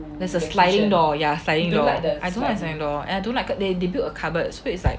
there's a sliding door ya sliding door I don't like the sliding door and I don't like they they built a cupboard so it's like